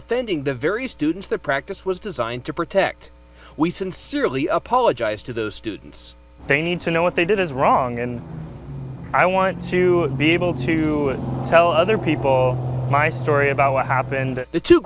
offending the very students the practice was designed to protect we sincerely apologize to those students they need to know what they did is wrong and i want to be able to tell other p my story about what happened t